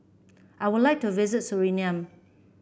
I would like to visit Suriname